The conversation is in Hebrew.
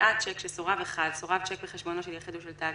גריעת שיק שסורב 1. סורב שיק בחשבונו של יחיד או של תאגיד,